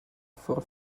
for